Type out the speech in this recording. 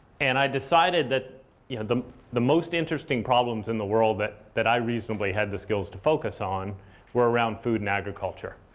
and i decided that yeah the the most interesting problems in the world that that i reasonably had the skills to focus on were around food and agriculture.